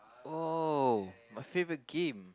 oh my favorite game